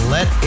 Let